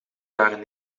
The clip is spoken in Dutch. jaren